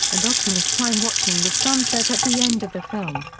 and optimus prime watching the sunset at the end of the film.